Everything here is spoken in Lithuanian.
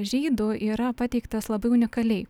žydų yra pateiktas labai unikaliai